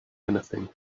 anything